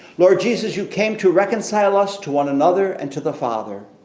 lord jesus you came to reconcile us to one another and to the father,